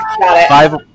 five